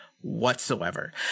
Whatsoever